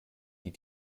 die